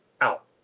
out